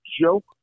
joke